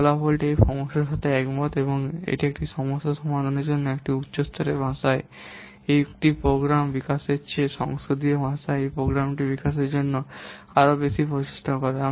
এই ফলাফলটি এই সমস্যাটির সাথে একমত যে এটি একটি সমস্যা সমাধানের জন্য একটি উচ্চ স্তরের ভাষায় একটি প্রোগ্রাম বিকাশের চেয়ে সংসদীয় ভাষায় একটি প্রোগ্রাম বিকাশের জন্য আরও বেশি প্রচেষ্টা করে